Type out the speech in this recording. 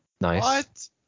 Nice